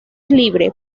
libre